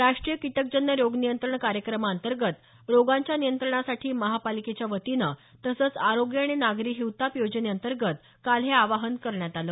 राष्ट्रीय कीटकजन्य रोग नियंत्रण कार्यक्रमांतर्गत रोगांच्या नियंत्रणासाठी महापालिकेच्या वतीनं तसंच आरोग्य आणि नागरी हिवताप योजनेअंतर्गत काल हे आवाहन करण्यात आलं